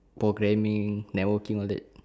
programming networking all that